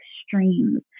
extremes